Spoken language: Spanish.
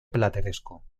plateresco